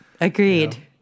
Agreed